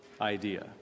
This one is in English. idea